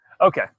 Okay